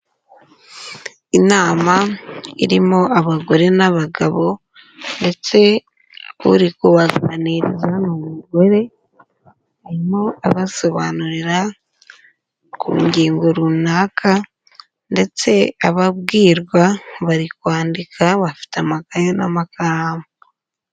Inama irimo abagore n'abagabo ndetse uri kubaganiriza ni umugore, arimo abasobanurira ku ngingo runaka ndetse ababwirwa bari kwandika bafite amakaye n'amakaramu.